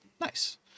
Nice